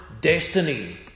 destiny